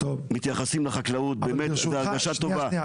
ואיך שאתם מתייחסים לחקלאות באמת בהרגשה טובה.